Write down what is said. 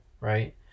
right